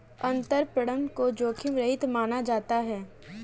अंतरपणन को जोखिम रहित माना जाता है